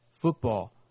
football